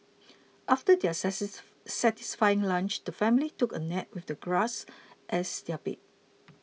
after their satisfying lunch the family took a nap with the grass as their bed